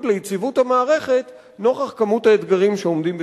ליציבות המערכת נוכח כמות האתגרים שעומדים בפניה.